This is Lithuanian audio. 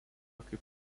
kaip